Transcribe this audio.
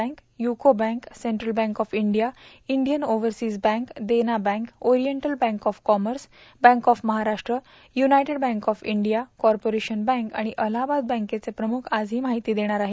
bank UCO bank Central bank of India Indian Overseas bank Dena bank Oriental bank of Commerce bank of Maharashtra United bank of India Corporation bank आणि अताहाबाद बॅंकेचे प्रमुख आज ही माहिती देणार आहेत